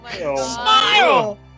Smile